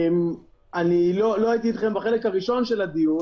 מאות אלפי עצמאים לא מקבלים בכלל שום סיוע,